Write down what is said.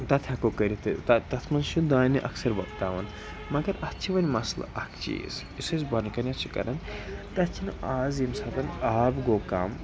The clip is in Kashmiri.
تَتھ ہٮ۪کو کٔرِتھ تَتھ منٛز چھُ دانہِ اَکثر وۄپداوَان مگر اَتھ چھِ وَنۍ مَسلہٕ اَکھ چیٖز یُس أسۍ بۄن کَنٮ۪تھ چھِ کَرَان تَتھ چھِنہٕ آز ییٚمہِ ساتَن آب گوٚو کَم